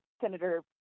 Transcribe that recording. Senator